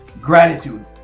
gratitude